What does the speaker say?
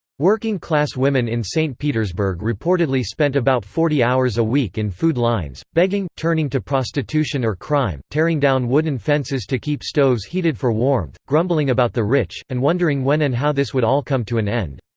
working class women in st. petersburg reportedly spent about forty hours a week in food lines, begging, turning to prostitution or crime, tearing down wooden fences to keep stoves heated for warmth, grumbling about the rich, and wondering when and how this would all come to an end.